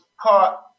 caught